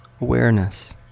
Awareness